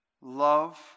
Love